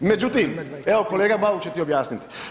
Međutim, evo kolega Bauk će ti objasniti.